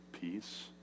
peace